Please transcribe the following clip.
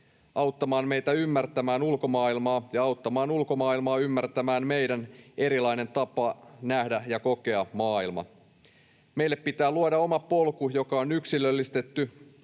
auttamaan meitä ymmärtämään ulkomaailmaa ja auttamaan ulkomaailmaa ymmärtämään meidän erilainen tapa nähdä ja kokea maailma. Meille pitää luoda oma polku, joka on yksilöllistetty